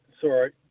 Sorry